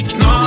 no